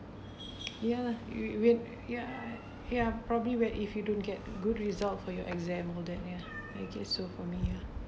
ya you when ya ya probably when if you don't get good result for your exam then ya I think so for me